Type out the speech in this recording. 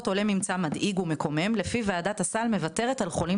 עולה ממצא מדאיג ומקומם לפיו וועדת הסל מוותרת על חולים